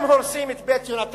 אם הורסים את "בית יהונתן"